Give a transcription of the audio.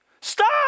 Stop